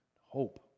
hope